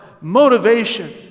motivation